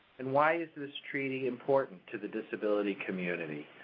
and why is this treaty important to the disability community,